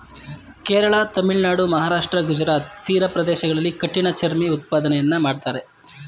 ಕೇರಳ, ತಮಿಳುನಾಡು, ಮಹಾರಾಷ್ಟ್ರ, ಗುಜರಾತ್ ತೀರ ಪ್ರದೇಶಗಳಲ್ಲಿ ಕಠಿಣ ಚರ್ಮಿ ಉತ್ಪಾದನೆಯನ್ನು ಮಾಡ್ತರೆ